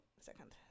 Second